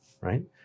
right